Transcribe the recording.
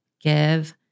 give